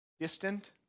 Distant